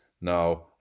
now